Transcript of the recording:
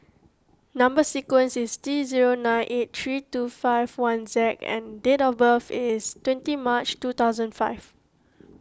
Number Sequence is T zero nine eight three two five one Z and date of birth is twenty March two thousand and five